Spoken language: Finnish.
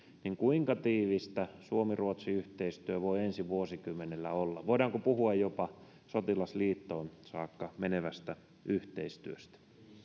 niin kuinka tiivistä suomi ruotsi yhteistyö voi ensi vuosikymmenellä olla voidaanko puhua jopa sotilasliittoon saakka menevästä yhteistyöstä